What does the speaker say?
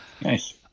Nice